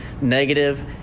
negative